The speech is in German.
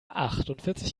achtundvierzig